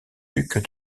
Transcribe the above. duc